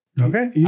Okay